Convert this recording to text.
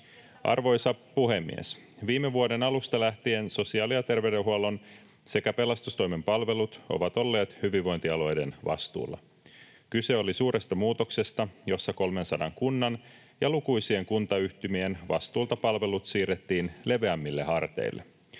Arvoisa puhemies! Viime vuoden alusta lähtien sosiaali- ja terveydenhuollon sekä pelastustoimen palvelut ovat olleet hyvinvointialueiden vastuulla. Kyse oli suuresta muutoksesta, jossa 300 kunnan ja lukuisien kuntayhtymien vastuulta palvelut siirrettiin leveämmille harteille.